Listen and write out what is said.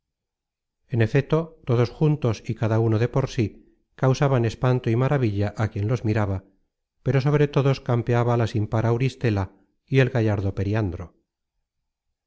en efeto todos juntos y cada uno de por sí causaban espanto y maravilla a quien los miraba pero sobre todos campeaba la sin par auristela y el gallardo periandro